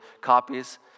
copies